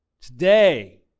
Today